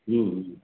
हूँ